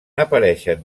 apareixen